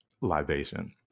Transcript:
libation